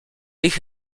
ich